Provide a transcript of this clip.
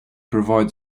provide